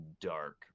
dark